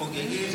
חוגגים,